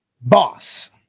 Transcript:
boss